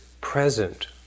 present